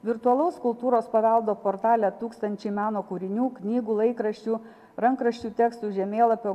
virtualaus kultūros paveldo portale tūkstančiai meno kūrinių knygų laikraščių rankraščių tekstų žemėlapio